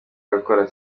agakora